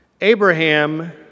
Abraham